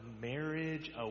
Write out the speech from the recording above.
marriage